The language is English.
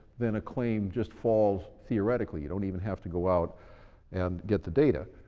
then a claim just falls theoretically you don't even have to go out and get the data.